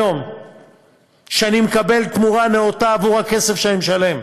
היום שאני מקבל תמורה נאותה עבור הכסף שאני משלם,